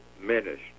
ministry